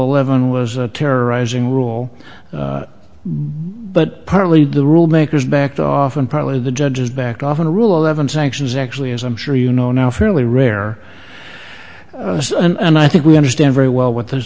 eleven was a terrorizing rule but partly the rule makers backed off and probably the judges backed off on a rule eleven sanctions actually as i'm sure you know now fairly rare and i think we understand very well what the